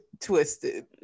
twisted